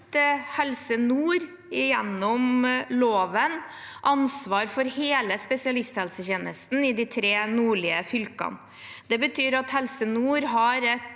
gitt Helse Nord ansvaret for hele spesialisthelsetjenesten i de tre nordlige fylkene. Det betyr at Helse Nord har et